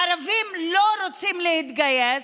והערבים לא רוצים להתגייס,